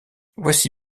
voici